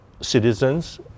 citizens